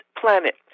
planet